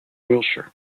wiltshire